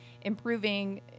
improving